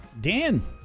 Dan